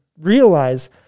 realize